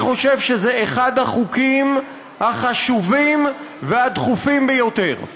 אני חושב שזה אחד החוקים החשובים והדחופים ביותר.